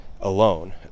alone